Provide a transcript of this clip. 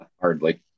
Hardly